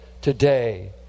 today